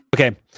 Okay